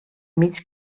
mig